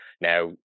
now